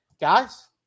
guys